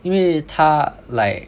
因为她 like